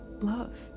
love